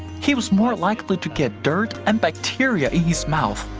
he was more likely to get dirt and bacteria in his mouth,